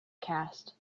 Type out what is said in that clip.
cast